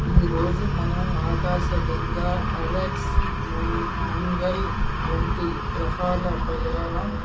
ఈరోజు మనం ఆకాశక గంగా అలెక్స్ మం మంగల్ వంటి గ్రహాల ప్రయాణం